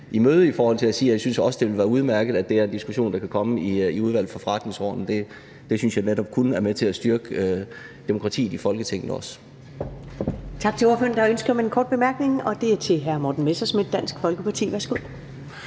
i møde – i forhold til at sige, at vi også synes, at det vil være udmærket, at det er en diskussion, der kan komme i Udvalget for Forretningsordenen. Det synes jeg netop kun er med til også at styrke demokratiet i Folketinget.